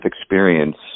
experience